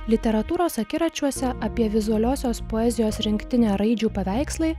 literatūros akiračiuose apie vizualiosios poezijos rinktinę raidžių paveikslai